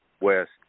west